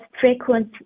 frequent